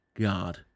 God